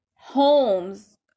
homes